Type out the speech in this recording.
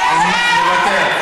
מוותר.